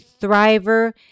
thriver